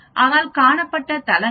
ஆனால் காணப்பட்ட தளங்களின் எண்ணிக்கை 5